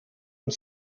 und